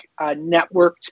networked